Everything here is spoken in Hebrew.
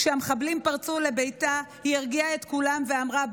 כשהמחבלים פרצו לביתה, היא הרגיעה את כולם ואמרה: